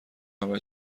همه